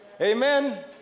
amen